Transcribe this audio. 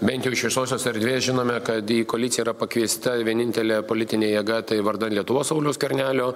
bent jau iš viešosios erdvės žinome kad į koaliciją yra pakviesta vienintelė politinė jėga tai vardan lietuvos sauliaus skvernelio